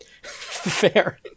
fair